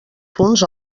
punts